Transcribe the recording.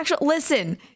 listen